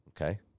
okay